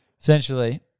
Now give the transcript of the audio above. essentially